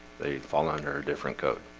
they fall under a different code.